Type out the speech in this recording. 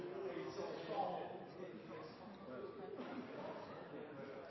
Det er litt